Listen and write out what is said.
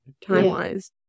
time-wise